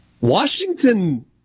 Washington